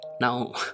now